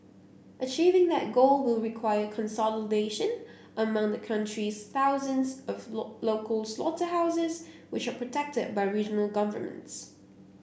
achieving that goal will require consolidation among the country's thousands of local slaughterhouses which are protected by regional governments